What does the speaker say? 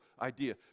idea